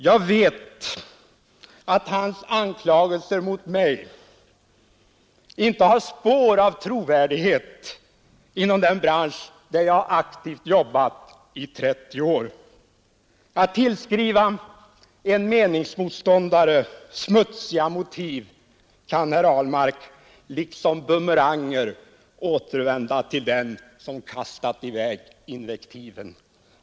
Jag vet att herr Ahlmarks anklagelser mot mig inte har ett spår av trovärdighet inom den bransch där jag har jobbat aktivt i nära 30 år. Att tillskriva en meningsmotståndare smutsiga motiv kan, herr Ahlmark, återvända som bumeranger till den som kastat i väg invektiven.